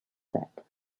set